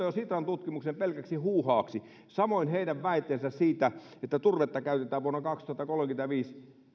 jo sitran tutkimuksen pelkäksi huuhaaksi samoin heidän väitteensä siitä että turvetta käytetään vuonna kaksituhattakolmekymmentäviisi